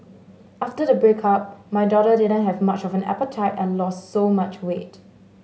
after the breakup my daughter didn't have much of an appetite and lost so much weight